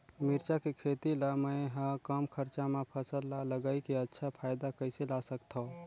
मिरचा के खेती ला मै ह कम खरचा मा फसल ला लगई के अच्छा फायदा कइसे ला सकथव?